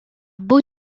beau